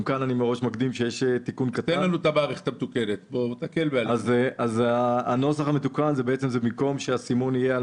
יש לנו תיקון קטן: במקום שהסימון יהיה על